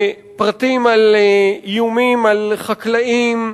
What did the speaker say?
פרטים על איומים על חקלאים,